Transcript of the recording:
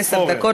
מדע.